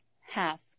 half